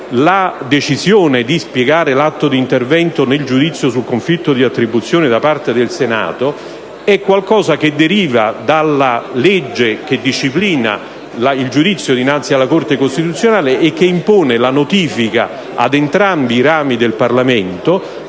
la decisione di spiegare l'atto di intervento nel giudizio sul conflitto di attribuzione da parte del Senato è qualcosa che deriva dalla legge che disciplina il giudizio dinanzi alla Corte costituzionale, la quale impone la notifica ad entrambi i rami del Parlamento